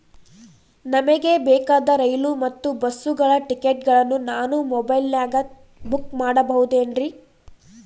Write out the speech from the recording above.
ನಮಗೆ ಬೇಕಾದ ರೈಲು ಮತ್ತ ಬಸ್ಸುಗಳ ಟಿಕೆಟುಗಳನ್ನ ನಾನು ಮೊಬೈಲಿನಾಗ ಬುಕ್ ಮಾಡಬಹುದೇನ್ರಿ?